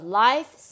life